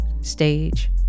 stage